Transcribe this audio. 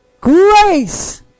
grace